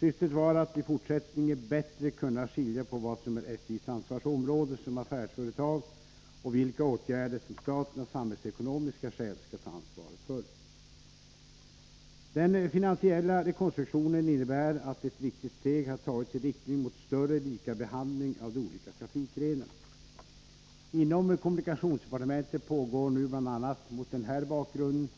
Syftet var att i fortsättningen bättre kunna skilja på vad som är SJ:s ansvarsområde som affärsföretag och vilka åtgärder som staten av samhällsekonomiska skäl skall ta ansvaret för. Den finansiella rekonstruktionen innebär att ett viktigt steg har tagits i riktning mot större likabehandling av de olika trafikgrenarna. Inom kommunikationsdepartementet pågår nu, bl.a. mot den här bakgrunden,